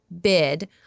bid